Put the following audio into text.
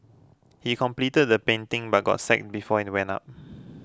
he completed the painting but got sack before it went up